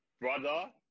Brother